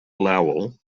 lowell